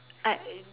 I